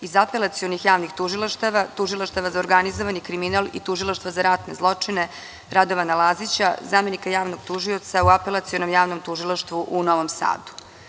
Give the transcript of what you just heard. Iz Apelacionih javnih tužilaštava, Tužilaštava za organizovani kriminal i Tužilaštva za ratne zločine Radovana Lazića, zamenika javnog tužioca u Apelacionom javnom tužilaštvu u Novom Sadu.